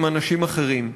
עם אנשים אחרים.